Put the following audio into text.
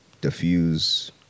diffuse